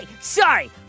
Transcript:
sorry